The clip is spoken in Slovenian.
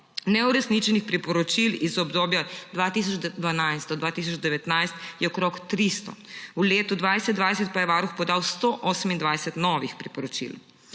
Neuresničenih priporočil iz obdobja od 2012 do 2019 je okrog 300, v letu 2020 pa je Varuh podal 128 novih priporočil.